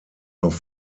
auf